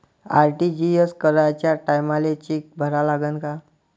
RTGS कराच्या टायमाले cheque भरा लागन का?